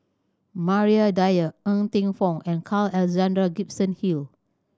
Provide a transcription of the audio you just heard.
Maria Dyer Ng Teng Fong and Carl Alexander Gibson Hill